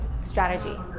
strategy